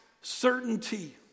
certainty